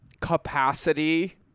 capacity